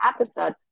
episode